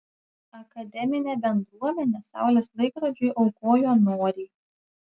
akademinė bendruomenė saulės laikrodžiui aukojo noriai